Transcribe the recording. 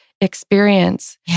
experience